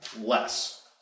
less